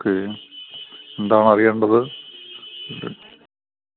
okay എന്താണ് അറിയേണ്ടത് ഇത്